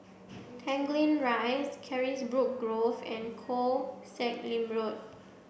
Tanglin Rise Carisbrooke Grove and Koh Sek Lim Road